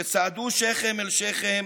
שצעדו שכם אל שכם